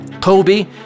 Kobe